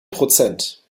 prozent